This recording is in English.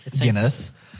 Guinness